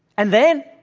and then?